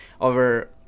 over